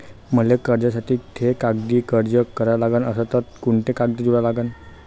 मले कर्जासाठी थे कागदी अर्ज कराचा असन तर कुंते कागद जोडा लागन?